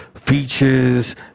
Features